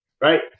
right